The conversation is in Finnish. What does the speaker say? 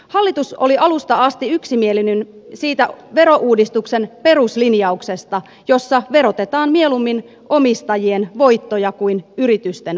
hallitus oli alusta asti yksimielinen siitä verouudistuksen peruslinjauksesta jossa verotetaan mieluummin omistajien voittoja kuin yritysten voittoja